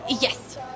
Yes